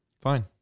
Fine